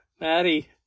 Maddie